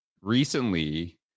recently